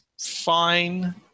fine